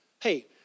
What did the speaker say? hey